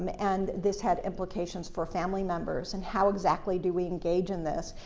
um and this had implications for family members, and how exactly do we engage in this?